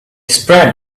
spread